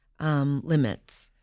limits